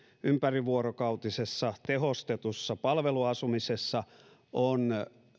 ympärivuorokautisessa tehostetussa palveluasumisessa on